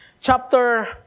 chapter